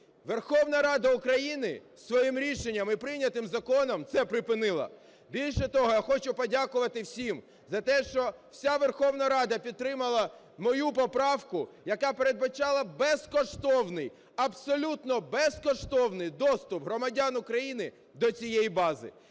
Верховна Рада України своїм рішенням і прийнятим законом це припинила. Більше того, я хочу подякувати всім за те, що вся Верховна Рада підтримала мою поправку, яка передбачала безкоштовний, абсолютно безкоштовний доступ громадян України до цієї бази,